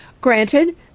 Granted